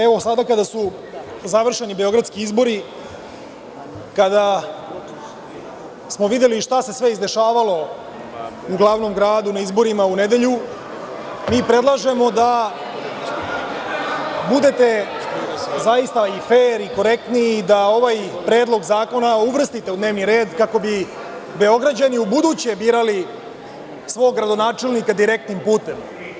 Evo, sada kada su završeni beogradski izbori, kada smo videli šta se sve izdešavalo u glavnom gradu na izborima u nedelju, mi predlažemo da budete zaista i fer i korektni, da ovaj Predlog zakona uvrstite u dnevni red kako bi Beograđani ubuduće birali svog gradonačelnika direktnim putem.